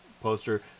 poster